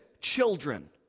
children